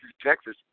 Texas